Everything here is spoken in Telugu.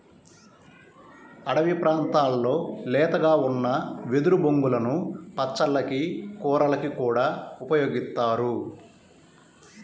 అడివి ప్రాంతాల్లో లేతగా ఉన్న వెదురు బొంగులను పచ్చళ్ళకి, కూరలకి కూడా ఉపయోగిత్తారు